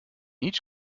each